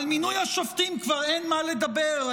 על מינוי השופטים כבר אין מה לדבר,